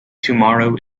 tomorrow